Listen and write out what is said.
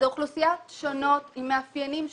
אלה אוכלוסיות שונות עם מאפיינים שונים.